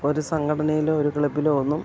ഒരു സംഘടനയിലോ ഒരു ക്ലബ്ബിലോ ഒന്നും